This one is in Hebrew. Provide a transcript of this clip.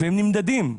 הם נמדדים.